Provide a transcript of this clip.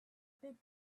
big